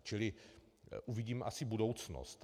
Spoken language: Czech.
Čili uvidím asi budoucnost.